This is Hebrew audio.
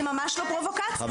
זו ממש לא פרובוקציה.